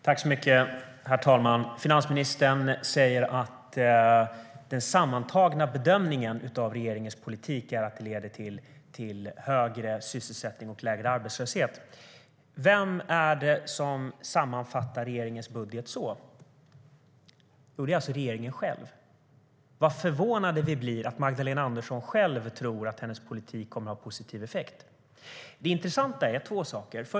Herr talman! Finansministern säger att den sammantagna bedömningen av regeringens politik är att den leder till högre sysselsättning och lägre arbetslöshet. Vem är det som sammanfattar regeringens budget så? Jo, det är regeringen själv. Vad förvånade vi blir av att Magdalena Andersson tror att hennes politik kommer att ha positiv effekt! Här finns två intressanta saker.